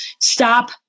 Stop